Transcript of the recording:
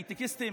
הייטקיסטיות.